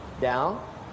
down